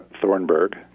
Thornburg